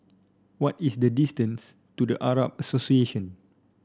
what is the distance to The Arab Association